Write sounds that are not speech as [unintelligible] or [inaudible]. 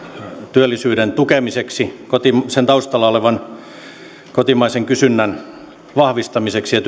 työllisyyden tukemiseksi sen taustalla olevan kotimaisen kysynnän vahvistamiseksi ja [unintelligible]